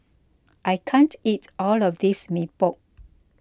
I can't eat all of this Mee Pok